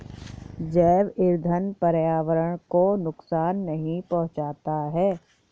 जैव ईंधन पर्यावरण को नुकसान नहीं पहुंचाता है